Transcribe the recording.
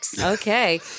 Okay